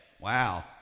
Wow